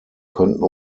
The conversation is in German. könnten